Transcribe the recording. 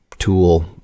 Tool